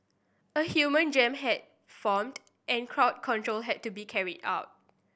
a human jam had formed and crowd control had to be carried out